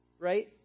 right